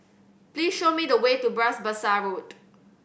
please show me the way to Bras Basah Road